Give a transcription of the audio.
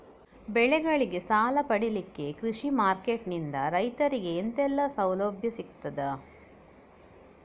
ಬೆಳೆಗಳಿಗೆ ಸಾಲ ಪಡಿಲಿಕ್ಕೆ ಕೃಷಿ ಮಾರ್ಕೆಟ್ ನಿಂದ ರೈತರಿಗೆ ಎಂತೆಲ್ಲ ಸೌಲಭ್ಯ ಸಿಗ್ತದ?